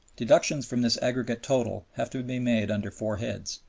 deductions from this aggregate total have to be made under four heads.